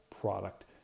product